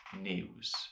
news